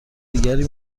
دیگری